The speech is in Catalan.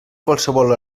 qualsevol